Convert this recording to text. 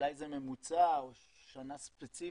אולי זה ממוצע או שנה ספציפית.